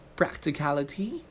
practicality